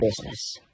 business